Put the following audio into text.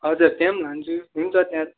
हजुर त्यहाँ पनि लान्छु हुन्छ त्यहाँ